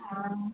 हाँ